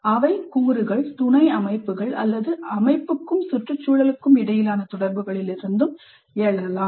அவை கூறுகள் துணை அமைப்புகள் அல்லது அமைப்புக்கும் சுற்றுச்சூழலுக்கும் இடையிலான தொடர்புகளிலிருந்து எழலாம்